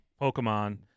Pokemon